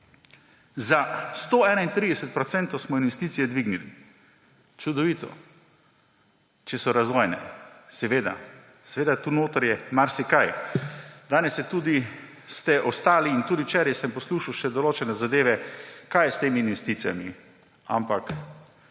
za 131 % smo dvignili investicije. Čudovito. Če so razvojne,. Seveda je tu notri marsikaj. Danes ste tudi ostali govorili in tudi včeraj sem poslušal še določene zadeve, kaj je s temi investicijami, ampak